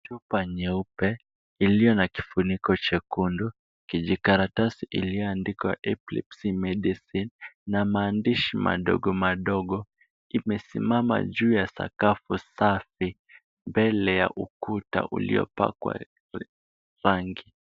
Chupa nyeupe, iliyo na kifuniko chekundu, kijikaratasi kilichoandikwa Eclipse Medicine, na maandishi madogo madogo, imesima juu ya sakafu safi, mbele ya ukuta uliopakwa rangi.